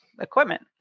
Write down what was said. equipment